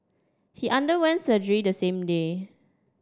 he underwent surgery the same day